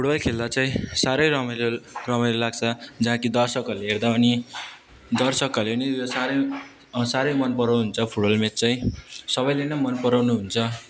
football खेल्दा चाहिँ साह्रै रमाइलो रमाइलो लाग्छ जहाँ कि दर्शकहरूले हेर्दा पनि दर्शकहरूले पनि साह्रै साह्रै मनपराउनु हुन्छ फुटबल म्याच चाहिँ सबैले नै मनपराउनु हुन्छ